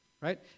right